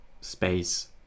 space